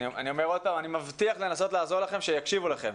אני מבטיח לנסות לעזור לכם שיקשיבו לכם.